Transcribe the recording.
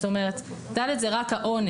זאת אומרת, (ד) הוא רק העונש.